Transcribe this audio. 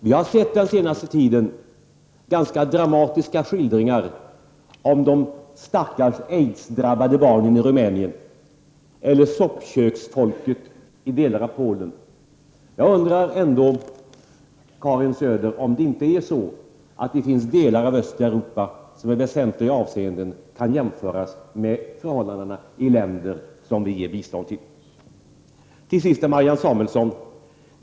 Men jag har den senaste tiden sett ganska dramatiska skildringar av de stackars aids-drabbade barnen i Rumänien eller soppköksfolket i delar av Polen. Jag undrar ändå, Karin Söder, om inte i förhållande i delar av östra Europa i väsentliga avseenden kan jämföras med förhållandena i länder som vi ger bistånd till. Till sist några ord till Marianne Samuelson.